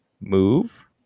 move